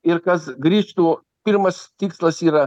ir kas grįžtų pirmas tikslas yra